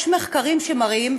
יש מחקרים שמראים,